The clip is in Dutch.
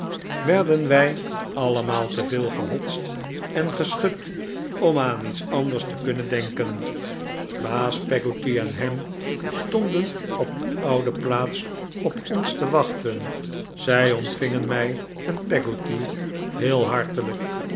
werden wij allemaal te veel gehotst en geschud om aan iets anders te kunnen denken baas peggotty en ham stonden op de oude plaats op ons te wachten zij ontvingen mij en peggotty heel hartelijk